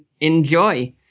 enjoy